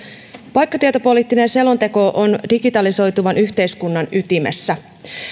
paikkatietopoliittinen selonteko on digitalisoituvan yhteiskunnan ytimessä